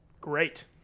great